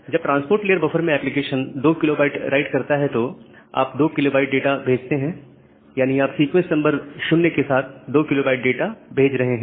जब transport layer buffer में application 2 KB write करता है तो आप 2 KB डाटा भेजते हैं यानी आप सीक्वेंस नंबर 0 के साथ 2 KB भेज रहे हैं